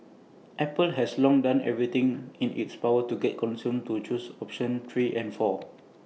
apple has long done everything in its power to get consumers to choose options three and four